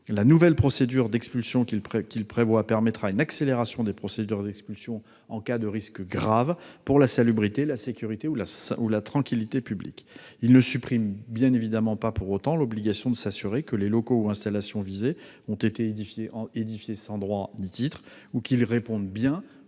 La nouvelle procédure d'expulsion qu'elle prévoit permettra une accélération des procédures d'expulsion en cas de risques graves pour la salubrité, la sécurité ou la tranquillité publique. Elle ne supprime bien évidemment pas pour autant l'obligation de s'assurer que les locaux ou installations visés ont été édifiés sans droit ni titre, et qu'ils répondent bien